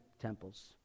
temples